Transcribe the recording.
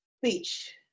Speech